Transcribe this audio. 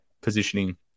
positioning